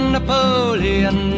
Napoleon